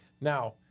Now